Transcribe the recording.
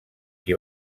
qui